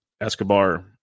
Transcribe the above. Escobar